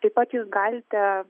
taip pat jūs galite